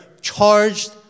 charged